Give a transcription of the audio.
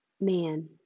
man